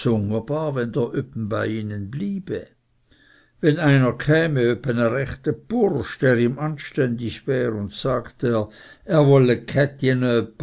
bei ihnen bliebe wenn einer käme öppe e rechte bursch der ihm anständig wär und sagte er wolle